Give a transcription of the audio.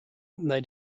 they